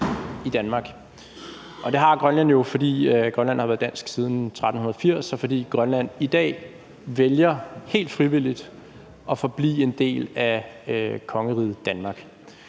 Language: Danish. i Danmark. Det har Grønland jo, fordi Grønland har været dansk siden 1380, og fordi Grønland i dag helt frivilligt vælger at forblive en del af kongeriget Danmark.